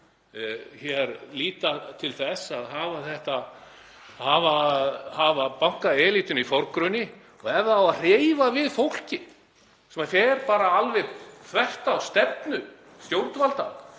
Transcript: líta til þess að hafa bankaelítuna í forgrunni og ef það á að hreyfa við fólki sem fer alveg þvert á stefnu stjórnvalda,